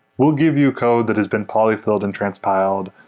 we'll give you code that has been polyfilled and transpiled.